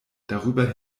darüber